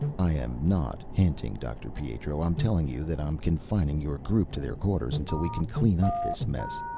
i am not hinting, dr. pietro. i'm telling you that i'm confining your group to their quarters until we can clean up this mess,